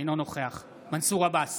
אינו נוכח מנסור עבאס,